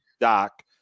Doc